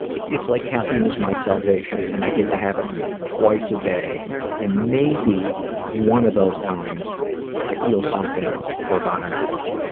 it's like caffeine is my salvation and i get to have it twice a day and maybe one of those times i feel something for about an hour.